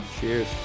Cheers